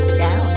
down